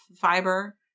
fiber